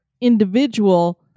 individual